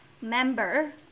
member